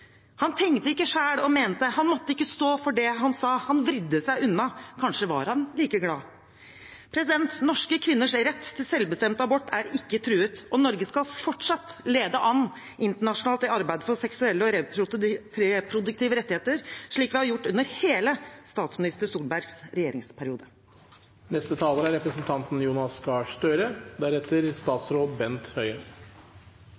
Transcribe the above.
Han trodde han ville ha gjort det. Men han gjorde det ikke. Han tenkte ikke sjæl og mente, måtte ikke stå for det han sa. Han vred seg unna. Kanskje var han likeglad. Norske kvinners rett til selvbestemt abort er ikke truet, og Norge skal fortsatt lede an internasjonalt i arbeidet for seksuelle og reproduktive rettigheter, slik vi har gjort i hele statsminister Solbergs